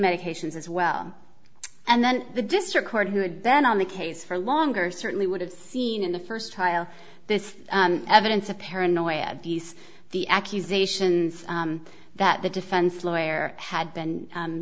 medications as well and then the district court who had then on the case for longer certainly would have seen in the first trial this evidence of paranoia these the accusations that the defense lawyer had been